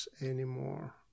anymore